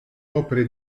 opere